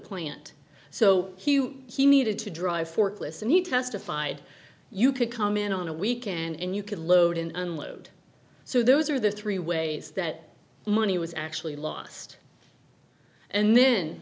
plant so he needed to drive forklifts need testified you could come in on a weekend and you could load and unload so those are the three ways that money was actually lost and then